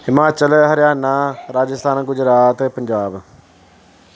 Himachal Haryana Rajasthan Gujarat Punjab